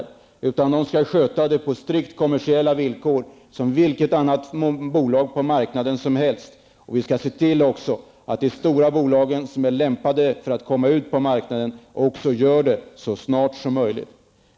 Företagen skall skötas på strikt kommersiella villkor, som vilka andra bolag som helst på marknaden. Vi skall också se till att de stora bolag som är lämpade för att komma ut på marknaden gör det så snart som möjligt.